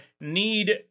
need